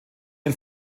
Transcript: den